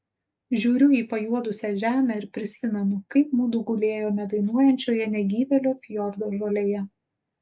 žiūriu į pajuodusią žemę ir prisimenu kaip mudu gulėjome dainuojančioje negyvėlio fjordo žolėje